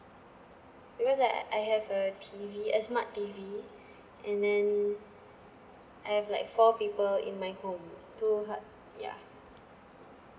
because I I have a T_V a smart T_V and then I have like four people in my home too hard ya